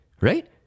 right